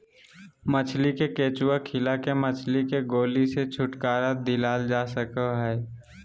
मछली के केंचुआ खिला के मछली के गोली से छुटकारा दिलाल जा सकई हई